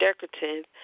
decorative